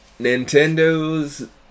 Nintendo's